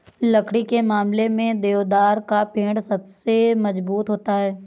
लकड़ी के मामले में देवदार का पेड़ सबसे मज़बूत होता है